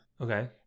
Okay